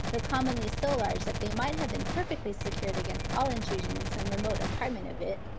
though commonly so large that they might have been perfectly secured against all intrusion in some remote apartment of it,